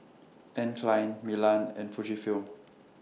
Anne Klein Milan and Fujifilm